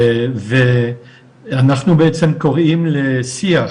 ואנחנו בעצם קוראים לשיח